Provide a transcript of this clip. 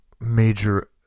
major